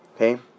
Okay